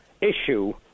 issue